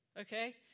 Okay